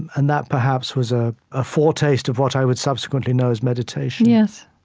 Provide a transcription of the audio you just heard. and that, perhaps, was a ah foretaste of what i would subsequently know as meditation yes.